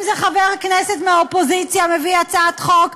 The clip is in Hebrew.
אם חבר כנסת מהאופוזיציה מביא הצעת חוק,